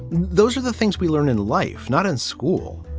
those are the things we learn in life, not in school.